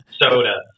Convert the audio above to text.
soda